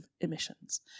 emissions